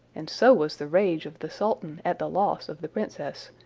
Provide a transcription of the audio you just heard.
and so was the rage of the sultan at the loss of the princess,